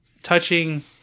touching